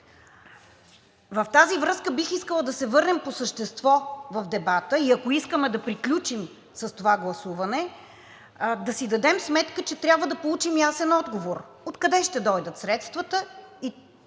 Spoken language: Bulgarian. В тази връзка, бих искала да се върнем по същество в дебата и ако искаме да приключим с това гласуване, да си дадем сметка, че трябва да получим ясен отговор откъде ще дойдат средствата